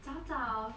早早